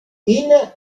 ine